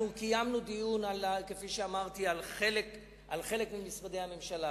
קיימנו דיון על חלק ממשרדי הממשלה,